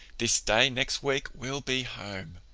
this day next week we'll be home.